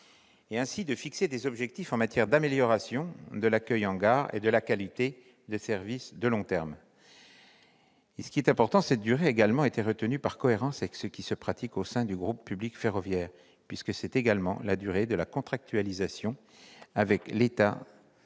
et de fixer des objectifs en matière d'amélioration de l'accueil en gares et de qualité de service. Cette durée a en outre été retenue par cohérence avec ce qui se pratique au sein du groupe public ferroviaire, puisque c'est également la durée de la contractualisation avec l'État